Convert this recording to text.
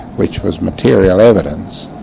which was material evidence,